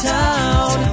town